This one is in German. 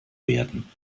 werden